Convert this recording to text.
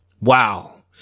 Wow